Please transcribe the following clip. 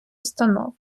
установ